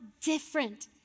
different